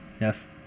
Yes